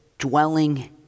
dwelling